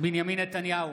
בנימין נתניהו,